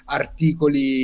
articoli